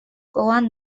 gogoan